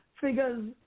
figures